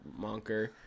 monker